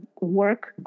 work